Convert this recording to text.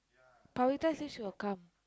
Pavithra say she will come